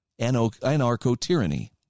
anarcho-tyranny